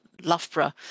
Loughborough